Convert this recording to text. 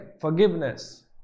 forgiveness